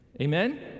Amen